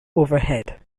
overhead